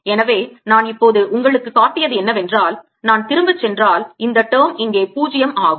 எனவே நான் இப்போது உங்களுக்கு காட்டியது என்னவென்றால் நேரம் பார்க்கவும் 2011 நான் திரும்பிச் சென்றால் இந்த term இங்கே 0 ஆகும்